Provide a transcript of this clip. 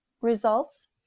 results